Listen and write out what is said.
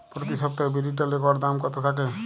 প্রতি সপ্তাহে বিরির ডালের গড় দাম কত থাকে?